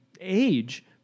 age